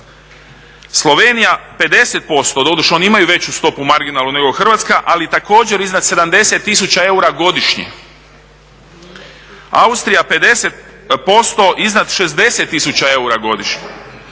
Slovenija 50%, doduše oni imaju veću stopu marginalnu nego Hrvatska, ali također iznad 70 tisuća eura godišnje. Austrija 50% iznad 60 tisuća eura godišnje.